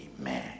Amen